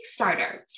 Kickstarter